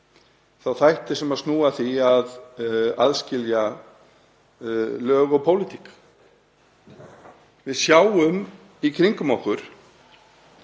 þá þætti sem snúa að því að aðskilja lög og pólitík. Við sjáum í kringum okkur